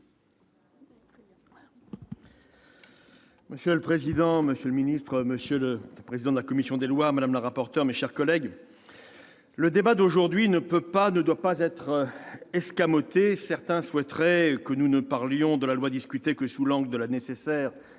Monsieur le président, monsieur le ministre, monsieur le président de la commission des lois, madame la rapporteure, mes chers collègues, le débat d'aujourd'hui ne peut pas, ne doit pas être escamoté. Certains souhaiteraient que nous ne parlions de cette proposition de loi que sous l'angle de la nécessaire sécurité